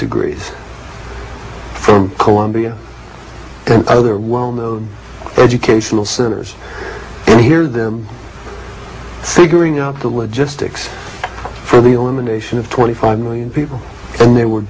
degrees from columbia and other well known educational centers and hear them securing out the logistics for the elimination of twenty five million people and they were